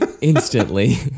Instantly